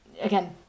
again